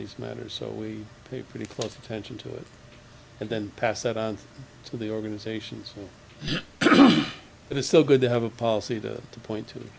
these matters so we pay pretty close attention to it and then pass that on to the organizations but it's still good to have a policy to the point